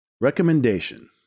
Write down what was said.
Recommendation